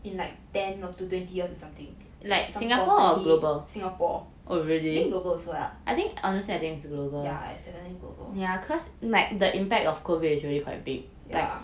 in like ten or two twenty years or something singapore I think global also lah ya it's definitely global ya